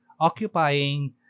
occupying